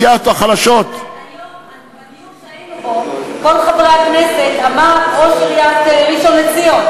חבר הכנסת שמולי,